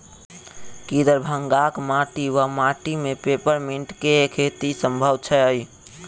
की दरभंगाक माटि वा माटि मे पेपर मिंट केँ खेती सम्भव छैक?